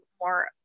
more